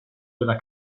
della